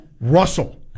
Russell